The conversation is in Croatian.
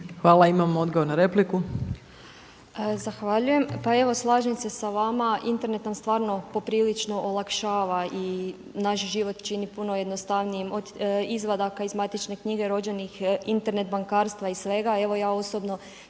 vama. Imamo odgovor na repliku.